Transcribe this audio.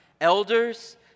Elders